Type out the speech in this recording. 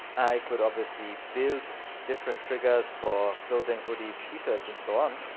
i could obviously build different triggers for clothing, hoodies, t-shirts, and so on.